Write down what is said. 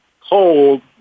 cold